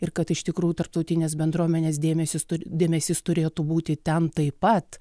ir kad iš tikrųjų tarptautinės bendruomenės dėmesį dėmesys turėtų būti ten taip pat